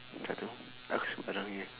tak tahu aku sembarang jer